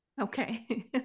Okay